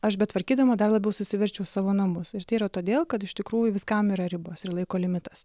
aš betvarkydama dar labiau susiverčiau savo namus ir tai yra todėl kad iš tikrųjų viskam yra ribos ir laiko limitas